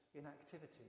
inactivity